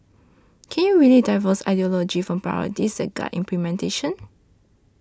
can you really divorce ideology from priorities that guide implementation